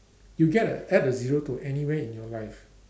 you get a add a zero to anywhere in your life